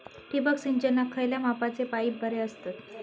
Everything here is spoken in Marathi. ठिबक सिंचनाक खयल्या मापाचे पाईप बरे असतत?